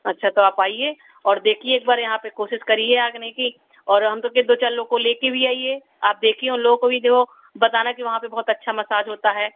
अच्छा तो आप आइए और देखिए एक बार यहाँ पर कोशिश करिए आगने की और हम तो कहे दो चार लोगों को लेकर भी आइए आप देखिए उन लोगों को भी जो बताना कि वहां पर बहुत अच्छा मसाज होता है